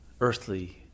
earthly